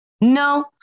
No